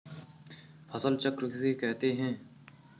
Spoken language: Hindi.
फसल चक्र किसे कहते हैं?